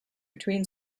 between